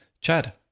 Chad